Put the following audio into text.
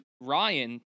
Ryan